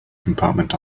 compartment